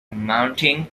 mounting